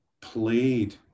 played